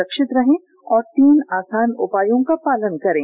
सुरक्षित रहें और तीन आसान उपायों का पालन करें